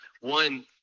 one